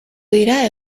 dira